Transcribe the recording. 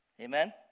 Amen